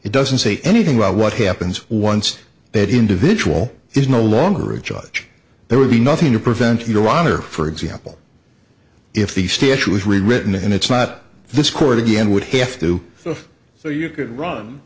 it doesn't say anything about what happens once that individual is no longer a judge there would be nothing to prevent your honor for example if the statute was rewritten and it's not this court again would have to go so you could run